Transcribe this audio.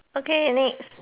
okay next